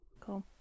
Cool